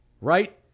Right